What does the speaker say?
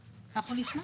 בבקשה.